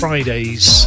Fridays